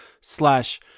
slash